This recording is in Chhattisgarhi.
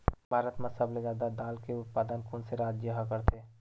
भारत मा सबले जादा दाल के उत्पादन कोन से राज्य हा करथे?